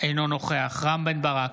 אינו נוכח רם בן ברק,